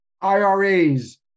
IRAs